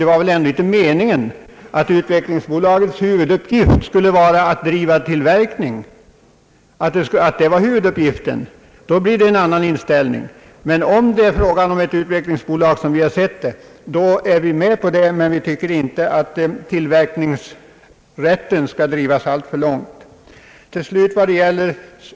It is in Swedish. Det var väl ändå inte meningen att utvecklingsbolagets huvuduppgift skulle vara att driva tillverkning. I så fall kommer frågan i ett annat läge. Men om det är fråga om ett utvecklingsbolag så som vi har sett det, är vi med på förslaget, men vi tycker inte att tillverkningsrätten skall drivas för långt.